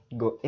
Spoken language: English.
go